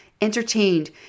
entertained